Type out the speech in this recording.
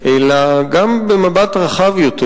אלא גם במבט רחב יותר,